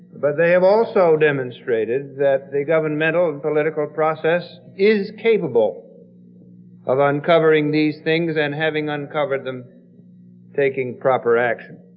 but they have also demonstrated that the governmental and political process is capable of uncovering these things, and having uncovered them taking proper action